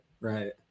right